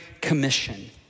commission